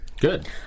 Good